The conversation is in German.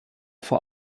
vor